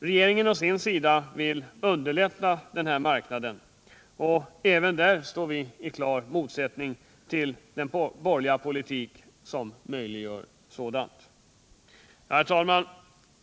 Regeringen å sin sida vill underlätta denna marknad, och även där står vi i klar motsättning till den borgerliga politik som möjliggör sådant. Herr talman!